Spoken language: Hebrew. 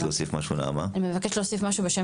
נעמה מבקשת להוסיף משהו.